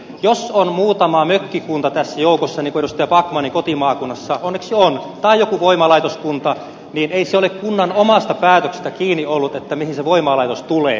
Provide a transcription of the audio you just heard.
jos on muutama mökkikunta tässä joukossa niin kuin edustaja backmanin kotimaakunnassa onneksi on tai joku voimalaitoskunta niin ei se ole kunnan omasta päätöksestä kiinni ollut että mihin se voimalaitos tulee